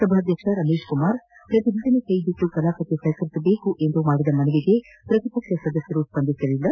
ಸಭಾಧ್ಯಕ್ಷ ರಮೇಶ್ ಕುಮಾರ್ ಪ್ರತಿಭಟನೆ ಕೈಬಿಟ್ನು ಕಲಾಪಕ್ಕೆ ಸಹಕರಿಸಬೇಕೆಂದು ಮಾಡಿದ ಮನವಿಗೆ ಪ್ರತಿಪಕ್ಷ ಸದಸ್ಯರು ಸ್ವಂದಿಸಲಿಲ್ಲ